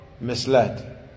misled